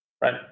right